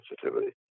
sensitivity